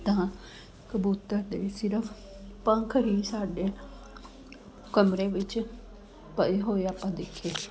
ਤਾਂ ਕਬੂਤਰ 'ਤੇ ਸਿਰਫ਼ ਪੰਖ ਹੀ ਸਾਡੇ ਕਮਰੇ ਵਿੱਚ ਪਏ ਹੋਏ ਆਪਾਂ ਦੇਖੇ